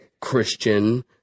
Christian